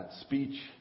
speech